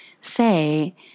say